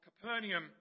Capernaum